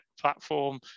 platform